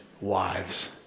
wives